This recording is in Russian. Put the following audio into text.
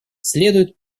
следует